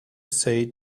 say